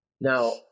Now